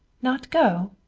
not go!